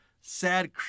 sad